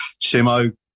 Simo